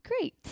great